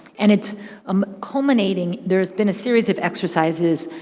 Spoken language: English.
and it's um culminating, there's been a series of exercises,